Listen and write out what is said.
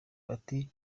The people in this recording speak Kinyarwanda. bati